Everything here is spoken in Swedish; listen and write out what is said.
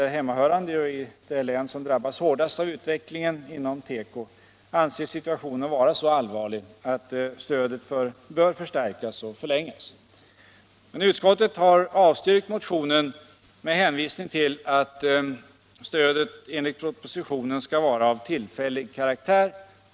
är hemmahörande i det län som drabbas hårdast av utvecklingen inom tekoindustrin, anser situationen vara så allvarlig att stödet bör förstärkas och förlängas. Utskottet har dock avstyrkt motionen med hänvisning till att stödet enligt propositionen skall vara av tillfällig karaktär.